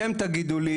אתם תגידו לי,